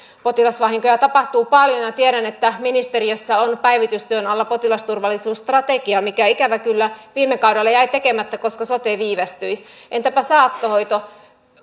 potilasvahinkoja tapahtuu paljon ja ja tiedän että ministeriössä on päivitystyön alla potilasturvallisuusstrategia mikä ikävä kyllä viime kaudella jäi tekemättä koska sote viivästyi entäpä saattohoito